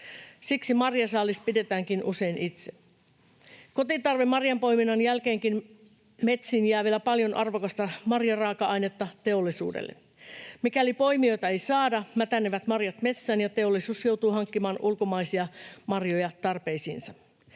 Siksi marjasaalis pidetäänkin usein itse. Kotitarvemarjanpoiminnan jälkeenkin metsiin jää vielä paljon arvokasta marjaraaka-ainetta teollisuudelle. Mikäli poimijoita ei saada, mätänevät marjat metsään ja teollisuus joutuu hankkimaan ulkomaisia marjoja tarpeisiinsa.